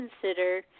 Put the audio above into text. consider